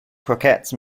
croquettes